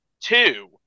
two